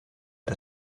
der